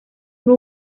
una